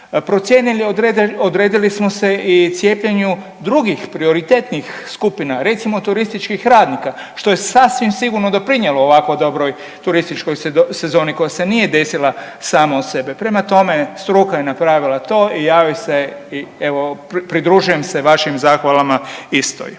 odredili smo se i cijepljenju drugih prioritetnih skupina, recimo turističkih radnika što je sasvim sigurno doprinijelo ovako dobroj turističkoj sezoni koja se nije desila sama od sebe. Prema tome struka je napravila to i ja joj se i evo pridružujem se vašim zahvalama istoj.